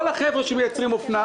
כל החבר'ה שמייצרים אופנה,